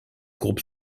groupe